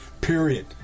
Period